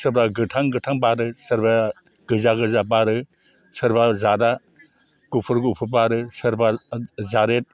सोरबा गोथां गोथां बारो सोरबाया गोजा गोजा बारो सोरबा जातआ गुफुर गुफुर बारो सोरबा जारेत